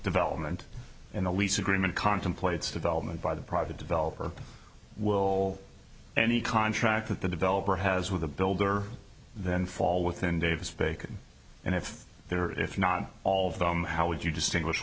development in the lease agreement contemplates development by the private developer will any contract with the developer has with the builder then fall within davis bacon and if there are if not all of them how would you distinguish